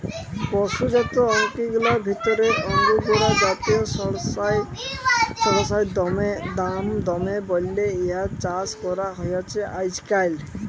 পসুজাত তন্তুগিলার ভিতরে আঙগোরা জাতিয় সড়সইড়ার দাম দমে বল্যে ইয়ার চাস করা হছে আইজকাইল